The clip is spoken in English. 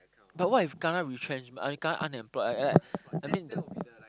but what if kena retrench I mean kena unemployed like like I mean